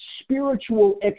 spiritual